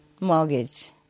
mortgage